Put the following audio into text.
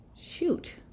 Shoot